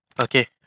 Okay